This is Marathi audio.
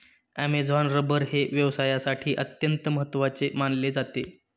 ॲमेझॉन रबर हे व्यवसायासाठी अत्यंत महत्त्वाचे मानले जाते